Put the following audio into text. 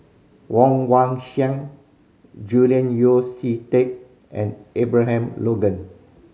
Woon Wah Siang Julian Yeo See Teck and Abraham Logan